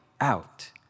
out